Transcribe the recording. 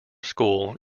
school